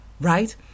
right